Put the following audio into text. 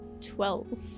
Twelve